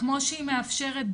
כמו שהיא מאפשרת,